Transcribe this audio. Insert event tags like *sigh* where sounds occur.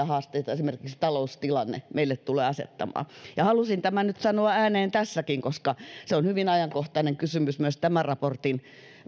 *unintelligible* haasteita esimerkiksi taloustilanne meille tulee asettamaan halusin tämän nyt sanoa ääneen tässäkin koska se on hyvin ajankohtainen kysymys myös tämän raportin